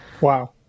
Wow